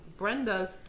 Brenda's